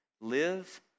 live